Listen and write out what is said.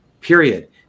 period